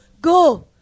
go